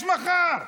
יש מחר.